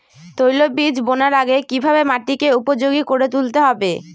তৈলবীজ বোনার আগে কিভাবে মাটিকে উপযোগী করে তুলতে হবে?